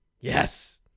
yes